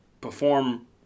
perform